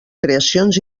creacions